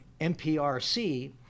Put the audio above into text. MPRC